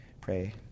pray